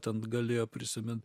ten galėjo prisimint